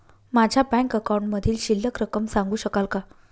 माझ्या बँक अकाउंटमधील शिल्लक रक्कम सांगू शकाल का?